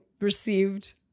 received